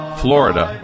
florida